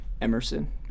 Emerson